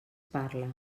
parla